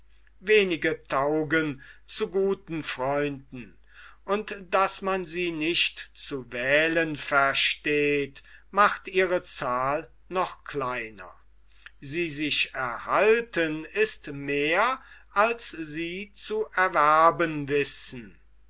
wenige taugen zu guten freunden und daß man sie nicht zu wählen versteht macht ihre zahl noch kleiner sie sich erhalten ist mehr als sie zu erwerben wissen